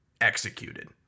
executed